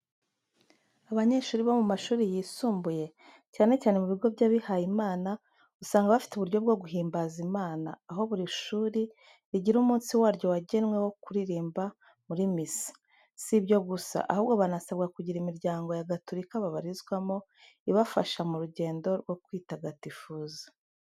Abanyeshuri bo mu mashuri yisumbuye, cyane cyane mu bigo by’abihaye Imana, usanga bafite uburyo bwo guhimbaza Imana, aho buri shuri rigira umunsi waryo wagenwe wo kuririmba muri misa. Si ibyo gusa, ahubwo banasabwa kugira imiryango ya Gatulika babarizwamo, ibafasha mu rugendo rwo kwitagatifuza.